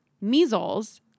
measles